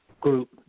group